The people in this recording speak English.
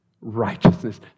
righteousness